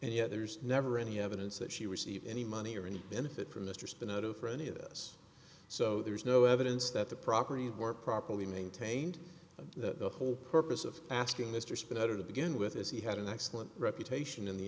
and yet there's never any evidence that she received any money or any benefit from this or spin out of for any of this so there's no evidence that the properties weren't properly maintained the whole purpose of asking mr spitzer to begin with is he had an excellent reputation in the